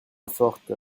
forte